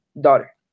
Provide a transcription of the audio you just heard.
daughter